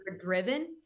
driven